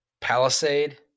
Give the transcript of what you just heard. Palisade